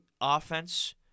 offense